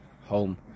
home